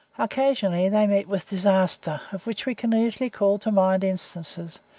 occasionally they meet with disaster, of which we can easily call to mind instances,